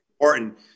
important